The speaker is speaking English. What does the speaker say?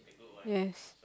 yes